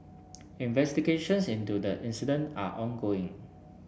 investigations into the incident are ongoing